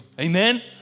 Amen